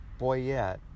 Boyette